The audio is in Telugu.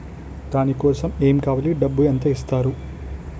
దాని కోసం ఎమ్ కావాలి డబ్బు ఎంత ఇస్తారు?